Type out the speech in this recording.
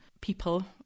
people